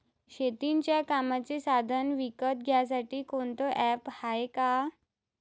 शेतीच्या कामाचे साधनं विकत घ्यासाठी कोनतं ॲप हाये का?